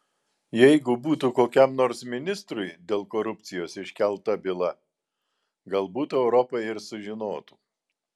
jeigu būtų kokiam nors ministrui dėl korupcijos iškelta byla galbūt europa ir sužinotų